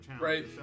right